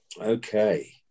Okay